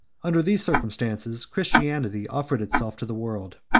under these circumstances, christianity offered itself to the world,